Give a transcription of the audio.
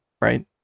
right